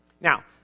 Now